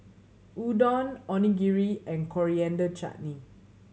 Udon Onigiri and Coriander Chutney